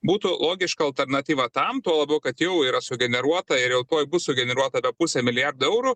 būtų logiška alternatyva tam tuo labiau kad jau yra sugeneruota ir jau tuoj bus sugeneruota apie pusę milijardo eurų